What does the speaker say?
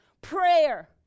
prayer